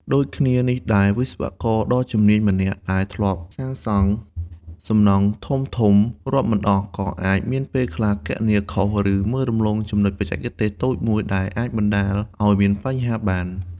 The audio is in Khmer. ដូចគ្នានេះដែរ វិស្វករដ៏ជំនាញម្នាក់ដែលធ្លាប់សាងសង់សំណង់ធំៗរាប់មិនអស់ ក៏អាចមានពេលខ្លះគណនាខុស ឬមើលរំលងចំណុចបច្ចេកទេសតូចមួយដែលបណ្ដាលឱ្យមានបញ្ហាបាន។